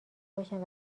باشم